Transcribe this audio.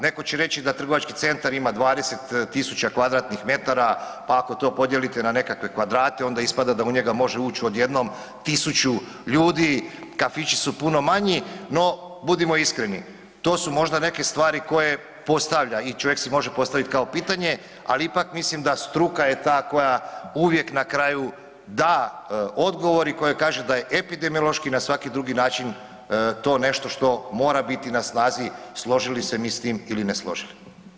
Netko će reći da trgovački centar ima 20 000 m2 pa ako to podijelite na nekakve kvadrate, onda ispada da u njega može uć odjednom 1000 ljudi, kafići su puno manji, no budimo iskreni, to su možda neke stvari koje postavlja i čovjek si može postavit kao pitanje ali ipak mislim da struka je ta koja uvijek na kraju da odgovor i koja kaže da je epidemiološki i na svaki drugi način to nešto što mora biti na snazi, složili se mi s tim ili ne složili.